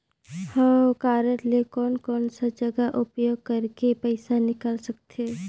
हव कारड ले कोन कोन सा जगह उपयोग करेके पइसा निकाल सकथे?